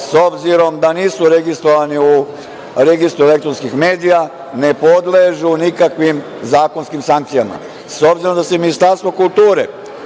s obzirom da nisu registrovani u registru elektronskih medija, ne podležu nikakvim zakonskim sankcijama.S obzirom da se Ministarstvo kulture